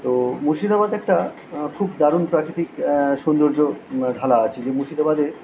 তো মুর্শিদাবাদ একটা খুব দারুণ প্রাকৃতিক সৌন্দর্য ঢালা আছে যে মুর্শিদাবাদে